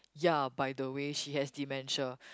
ya by the way she has dementia